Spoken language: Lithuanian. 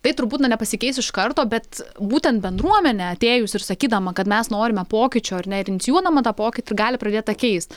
tai turbūt na nepasikeis iš karto bet būtent bendruomė atėjus ir sakydama kad mes norime pokyčių ar ne ir inicijuodama tą pokytį gali pradėt tą keist